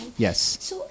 Yes